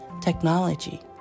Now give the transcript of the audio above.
technology